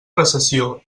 recessió